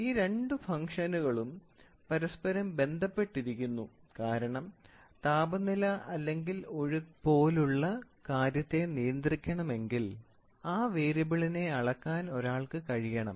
അതിനാൽ ഈ രണ്ട് ഫംഗ്ഷനുകളും പരസ്പരം ബന്ധപ്പെട്ടിരിക്കുന്നു കാരണം താപനില അല്ലെങ്കിൽ ഒഴുക്ക് പോലുള്ള കാര്യത്തെ നിയന്ത്രിക്കണമെങ്കിൽ ആ വേരിയബിളിനെ അളക്കാൻ ഒരാൾക്ക് കഴിയണം